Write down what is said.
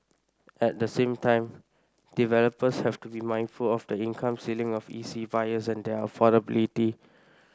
at the same time developers have to be mindful of the income ceiling of E C buyers and their affordability